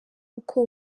uko